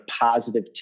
positive